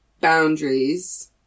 boundaries